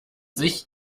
sich